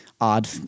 odd